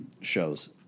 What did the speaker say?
shows